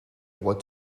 what